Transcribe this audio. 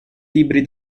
libri